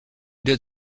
did